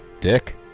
Dick